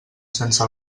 sense